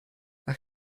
ach